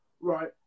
right